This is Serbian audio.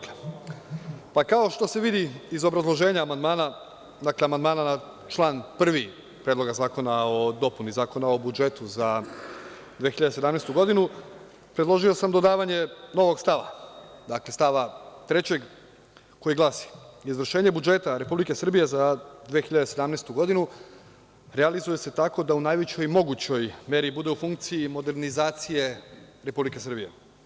Kao što se vidi iz obrazloženja amandmana, dakle, amandman na član 1. Predloga zakona o dopuni Zakona o budžetu za 2017. godinu, predložio sam dodavanje novog stava, dakle stava 3. koji glasi: „Izvršenje budžeta Republike Srbije za 2017. godinu, realizuje se tako da u najvećoj i mogućoj meri bude u funkciji modernizacije Republike Srbije“